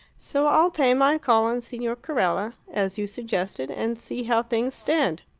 so i'll pay my call on signor carella, as you suggested, and see how things stand.